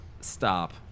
stop